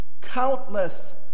countless